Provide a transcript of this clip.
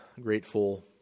grateful